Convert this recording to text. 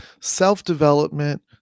self-development